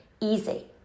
easy